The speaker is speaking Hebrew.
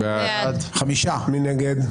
מי נגד?